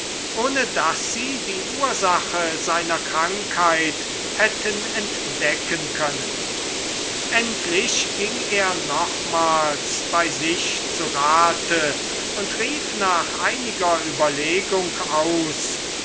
ohne daß sie die ursache seiner krankheit hätten entdecken können endlich ging er nochmals bei sich zu rate und rief nach einiger überlegung aus